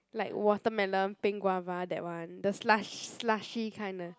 like watermelon pink guava that one the slush slushy kind uh